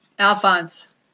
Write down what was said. Alphonse